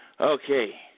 Okay